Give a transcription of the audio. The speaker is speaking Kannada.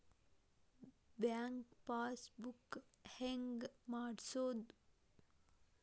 ಬ್ಯಾಂಕ್ ಪಾಸ್ ಬುಕ್ ಹೆಂಗ್ ಮಾಡ್ಸೋದು?